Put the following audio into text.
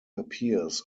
appears